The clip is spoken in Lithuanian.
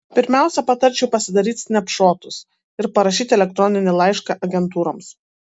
pirmiausia patarčiau pasidaryt snepšotus ir parašyt elektroninį laišką agentūroms